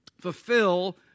fulfill